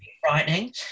frightening